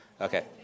Okay